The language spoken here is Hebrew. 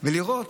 ולראות